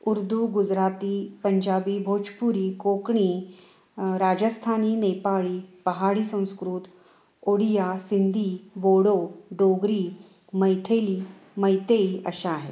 उर्दू गुजराती पंजाबी भोजपुरी कोकणी राजस्थानी नेपाळी पहाडी संस्कृत ओडिया सिंधी बोडो डोगरी मैथिली मैतेई अशा आहेत